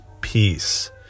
peace